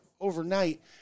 overnight